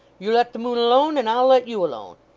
you let the moon alone, and i'll let you alone